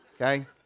okay